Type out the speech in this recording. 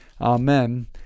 amen